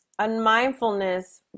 unmindfulness